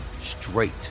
straight